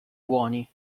buoni